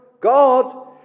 God